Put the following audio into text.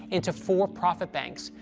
into for-profit banks,